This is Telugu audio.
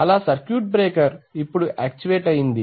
అలా సర్క్యూట్ బ్రేకర్ ఇప్పుడు యాక్చువేట్ అయింది